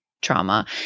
trauma